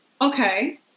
Okay